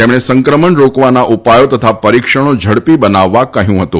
તેમણે સંક્રમણ રોકવાના ઉપાયો તથા પરીક્ષણો ઝડપી બનાવવા જણાવ્યું હતું